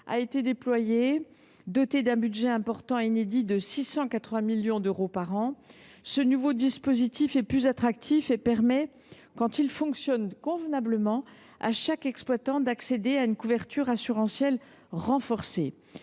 a été déployée, dotée d’un budget important et inédit de 680 millions d’euros par an. Ce nouveau dispositif est plus attractif et permet, quand il fonctionne convenablement, à chaque exploitant d’accéder à une couverture assurantielle renforcée.